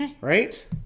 right